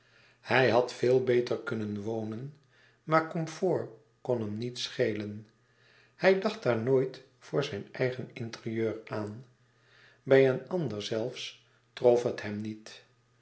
hij had veel beter kunnen wonen maar comfort kon hem niet schelen hij dacht daar nooit voor zijn eigen intérieur aan bij een ander zelfs trof het hem niet